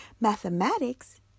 Mathematics